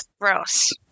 gross